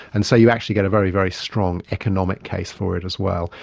and so you actually get a very, very strong economic case for it as well.